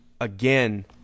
Again